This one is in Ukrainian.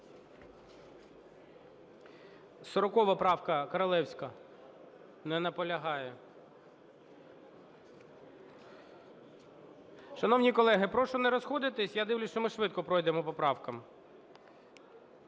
40 правка, Королевська. Не наполягає. Шановні колеги, прошу не розходитися. Я дивлюсь, що ми швидко пройдемо по правкам.